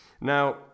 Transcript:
Now